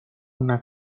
una